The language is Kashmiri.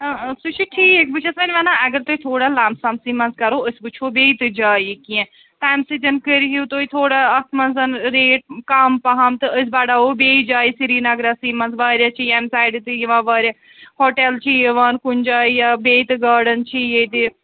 سُہ چھِ ٹھیٖک بہٕ چھَس ؤنۍ وَنان اَگر تُہۍ تھوڑا لَم سَم سٕے منٛز کَرَو أسۍ وُچھٕو بیٚیہِ تہِ جایہِ کیٚنہہ تٔمۍ سۭتۍ کٔرِہُو تُہۍ تھوڑا اَتھ منٛز ریٹ کَم پہم تہٕ أسۍ بڑاوَو بیٚیہِ جایہِ سریٖنگَرَسٕے منٛز واریاہ چھِ ییٚمہِ سایڈٕ تہِ یِوان واریاہ ہوٹَل چھِ یِوان کُنہِ جایہِ یا بیٚیہِ تہِ گاڑَن چھِ ییٚتہِ